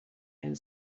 and